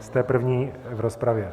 Jste první v rozpravě.